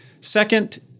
Second